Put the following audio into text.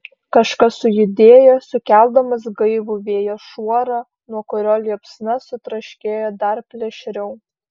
kažkas sujudėjo sukeldamas gaivų vėjo šuorą nuo kurio liepsna sutraškėjo dar plėšriau